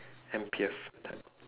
ample on time